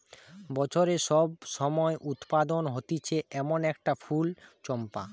বছরের সব সময় উৎপাদন হতিছে এমন একটা ফুল চম্পা